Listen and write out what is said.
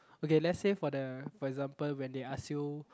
okay let's say for the for example when they ask you